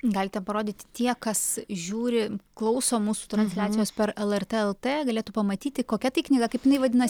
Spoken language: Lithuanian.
galite parodyti tie kas žiūri klauso mūsų transliacijos per lrt lt galėtų pamatyti kokia tai knyga kaip jinai vadinas